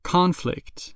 Conflict